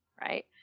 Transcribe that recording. right